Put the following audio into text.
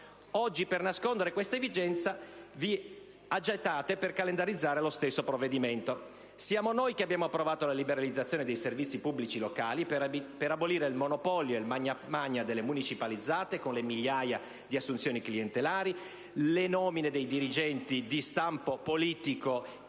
Oggi, per nascondere questa evidenza, vi agitate per calendarizzare lo stesso provvedimento. Siamo noi che abbiamo approvato la liberalizzazione dei servizi pubblici locali, per abolire il monopolio e il «magna-magna» delle municipalizzate, con le migliaia di assunzioni clientelari, le nomine dei dirigenti di stampo politico